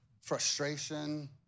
frustration